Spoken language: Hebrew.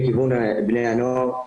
מכיוון בני הנוער,